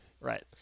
Right